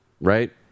right